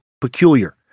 peculiar